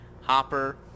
Hopper